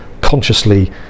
consciously